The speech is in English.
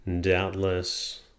Doubtless